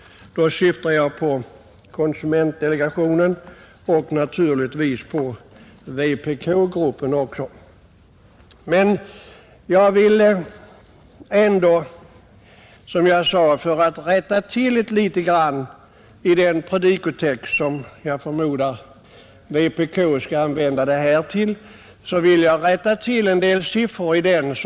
Jag syftar på konsumentdelegationen och naturligtvis också på vpk-gruppen. Jag vill nu som sagt rätta till en del felaktigt använda siffror i den predikotext, som jag förmodar att vpk skall använda reservationen till.